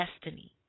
destiny